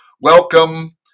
welcome